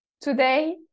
Today